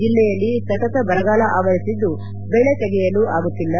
ಜಿಲ್ಲೆಯಲ್ಲಿ ಸತತ ಬರಗಾಲ ಆವರಿಸಿದ್ದು ಬೆಳೆ ತೆಗೆಯಲು ಆಗುತ್ತಿಲ್ಲ